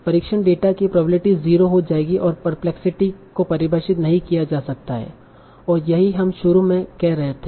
परीक्षण सेट की प्रोबेबिलिटी 0 हो जाएगी और परप्लेक्सिटी को परिभाषित नहीं किया जा सकता है और यही हम शुरू में कह रहे थे